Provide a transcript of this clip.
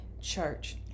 church